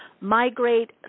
migrate